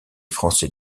français